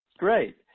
Great